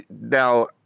now